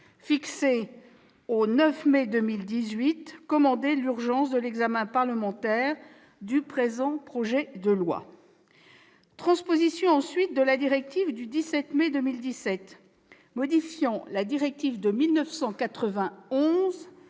fixé au 9 mai 2018, commandait l'urgence de l'examen parlementaire de ce projet de loi. Il s'agit ensuite de transposer la directive du 17 mai 2017 modifiant la directive de 1991